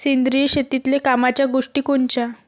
सेंद्रिय शेतीतले कामाच्या गोष्टी कोनच्या?